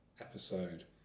episode